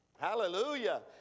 Hallelujah